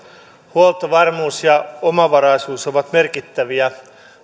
huoltovarmuus ja omavaraisuus ovat merkittäviä